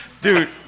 Dude